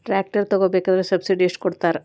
Tractor ತಗೋಬೇಕಾದ್ರೆ subsidy ಎಷ್ಟು ಕೊಡ್ತಾರ?